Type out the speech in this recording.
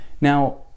Now